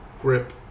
grip